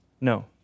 No